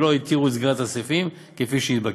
ולא התירו את סגירת הסניפים כפי שהתבקש.